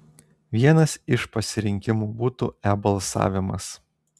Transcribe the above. vienas iš pasirinkimų būtų e balsavimas